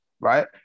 right